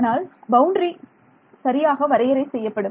அதனால் பவுண்டரி சரியாக வரையறை செய்யப்படும்